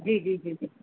जी जी जी जी